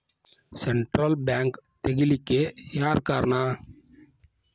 Central bank ತಗಿಲಿಕ್ಕೆಯಾರ್ ಕಾರಣಾ?